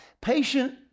Patient